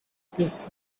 this